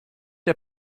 der